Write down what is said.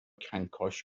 کنکاش